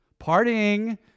partying